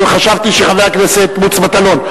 אבל חשבתי שזה של חבר הכנסת מוץ מטלון.